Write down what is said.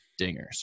dingers